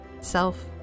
self